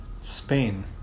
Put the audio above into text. Spain